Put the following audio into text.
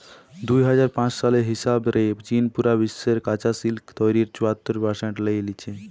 দুই হাজার পাঁচ সালের হিসাব রে চীন পুরা বিশ্বের কাচা সিল্ক তইরির চুয়াত্তর পারসেন্ট লেই লিচে